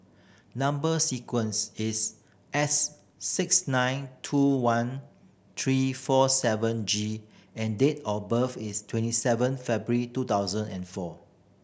number sequence is S six nine two one three four seven G and date of birth is twenty seven February two thousand and four